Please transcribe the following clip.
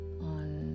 on